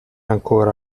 ancora